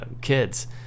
kids